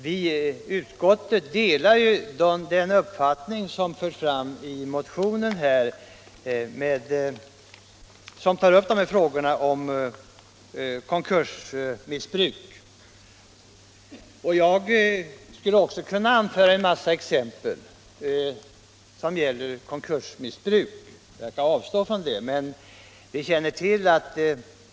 Vi i utskottet delar den uppfattning som förs fram i motionen, som tar upp de här frågorna om konkursmissbruk. Jag skulle också kunna anföra en mängd exempel på konkursmissbruk, men jag skall avstå från Näringspolitiken Näringspolitiken det.